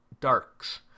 darks